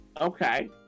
Okay